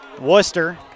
Worcester